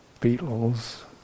beetles